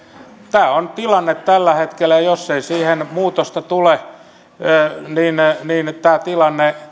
tämä on tilanne tällä hetkellä ja jos ei siihen muutosta tule niin tämä tilanne